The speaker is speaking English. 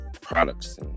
products